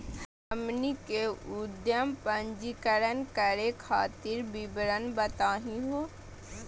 हमनी के उद्यम पंजीकरण करे खातीर विवरण बताही हो?